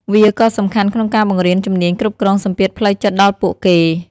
វាក៏សំខាន់ក្នុងការបង្រៀនជំនាញគ្រប់គ្រងសម្ពាធផ្លូវចិត្តដល់ពួកគេ។